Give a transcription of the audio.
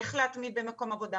איך להתמיד במקום העבודה.